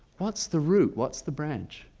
what's the root? what's the branch?